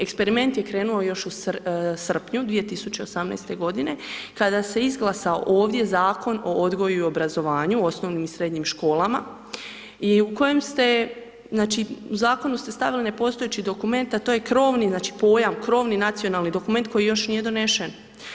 Eksperiment je krenuo još u srpnju 2018.-te godine kada se izglasao ovdje Zakon o odgoju i obrazovanju u osnovnim i srednjim školama i u kojem ste, znači, u Zakonu ste stavili nepostojeći dokument, a to je krovni, znači, pojam, krovni nacionalni dokument koji još nije donešen.